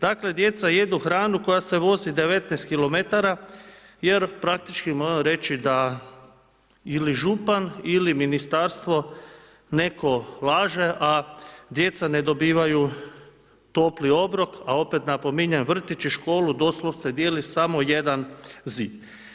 Dakle, djeca jedu hranu koja se vozi 19 km jer praktički, moram reći, da ili župan ili Ministarstvo, netko laže, a djeca ne dobivaju topli obrok, a opet napominjem vrtić i školu doslovce dijeli samo jedan zid.